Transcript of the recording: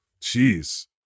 Jeez